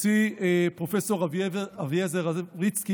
שהוציא פרופ' אביעזר רביצקי,